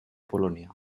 polonia